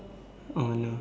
oh no